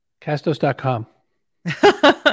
Castos.com